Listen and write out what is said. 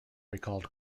recalled